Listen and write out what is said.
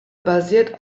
basiert